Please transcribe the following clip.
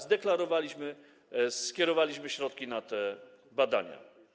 Zadeklarowaliśmy, skierowaliśmy środki na te badania.